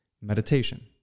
Meditation